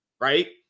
right